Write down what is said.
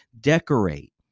decorate